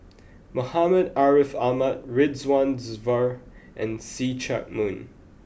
Muhammad Ariff Ahmad Ridzwan Dzafir and See Chak Mun